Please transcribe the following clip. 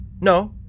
No